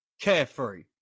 Carefree